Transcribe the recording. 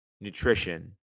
nutrition